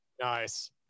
Nice